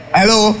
Hello